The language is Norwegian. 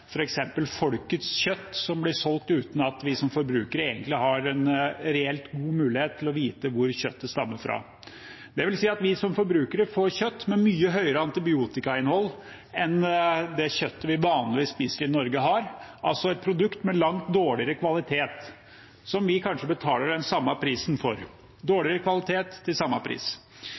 Folkets kjøtt, som blir solgt uten at vi som forbrukere egentlig har en reell mulighet til å vite hvor kjøttet stammer fra. Det vil si at vi som forbrukere får kjøtt med mye større antibiotikainnhold enn det kjøttet vi vanligvis spiser i Norge, har, altså et produkt med langt dårligere kvalitet, som vi kanskje betaler den samme prisen for – dårligere kvalitet til samme pris.